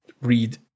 read